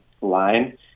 line